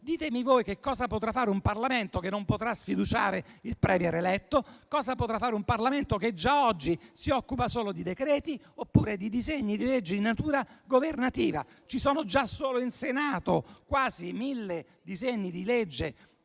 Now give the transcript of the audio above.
Ditemi voi che cosa potrà fare un Parlamento che non potrà sfiduciare il *premier* eletto; cosa potrà fare un Parlamento che già oggi si occupa solo di decreti-legge oppure di disegni di legge di natura governativa. Ci sono già solo in Senato quasi mille disegni di legge